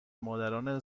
مادران